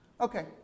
Okay